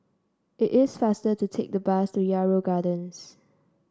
it is faster to take the bus to Yarrow Gardens